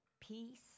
peace